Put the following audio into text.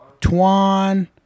Tuan